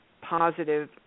positive